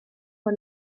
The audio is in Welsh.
bod